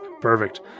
Perfect